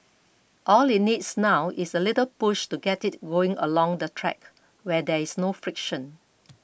all it needs now is a little push to get it going along the track where there is no friction